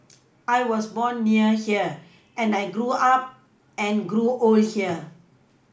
I was born near here and I grew up and grew old here